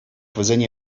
вӗсене